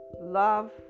love